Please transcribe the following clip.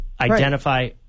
identify